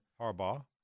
Harbaugh